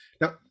Now